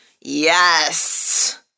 Yes